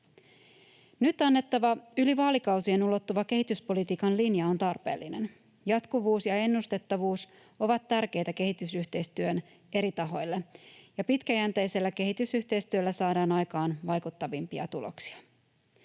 Nyt annettava yli vaalikausien ulottuva kehityspolitiikan linja on tarpeellinen. Jatkuvuus ja ennustettavuus ovat tärkeitä kehitysyhteistyön eri tahoille, ja pitkäjänteisellä kehitysyhteistyöllä saadaan aikaan vaikuttavimpia tuloksia.